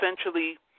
essentially